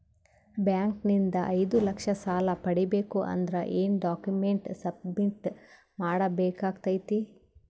Bank ನಿಂದ ಐದು ಲಕ್ಷ ಸಾಲ ಪಡಿಬೇಕು ಅಂದ್ರ ಏನ ಡಾಕ್ಯುಮೆಂಟ್ ಸಬ್ಮಿಟ್ ಮಾಡ ಬೇಕಾಗತೈತಿ?